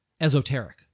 esoteric